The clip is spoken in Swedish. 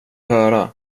höra